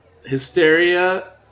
hysteria